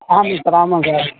ஆமாம் சார் ஆமாம் சார்